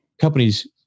companies